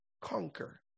Conquer